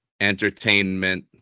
entertainment